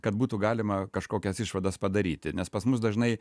kad būtų galima kažkokias išvadas padaryti nes pas mus dažnai